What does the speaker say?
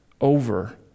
over